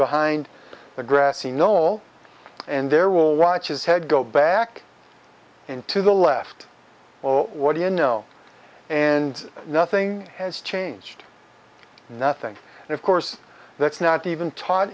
behind the grassy knoll and there will watch his head go back into the left or what do you know and nothing has changed nothing and of course that's not even taught